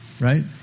right